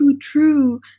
true